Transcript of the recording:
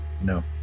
No